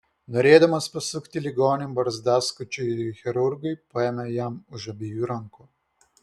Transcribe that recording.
norėdamas pasukti ligonį barzdaskučiui chirurgui paėmė jam už abiejų rankų